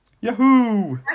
Yahoo